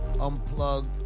unplugged